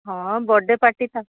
ହଁ ବଡ଼େ ପାଟି ତ